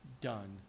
done